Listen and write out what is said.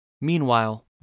Meanwhile